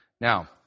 Now